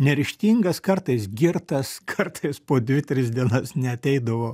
neryžtingas kartais girtas kartais po dvi tris dienas neateidavo